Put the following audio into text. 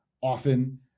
often